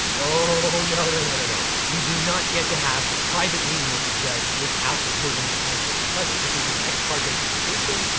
oh, no no no no no. you do not get to have a private meeting with the judge without opposing council present. this is an ex parte communication,